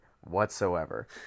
whatsoever